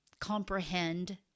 comprehend